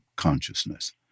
Consciousness